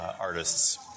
artists